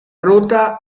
ruta